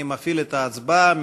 אני מפעיל את ההצבעה.